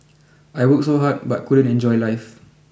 I worked so hard but couldn't enjoy life